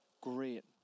great